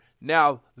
now